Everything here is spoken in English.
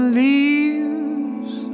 leaves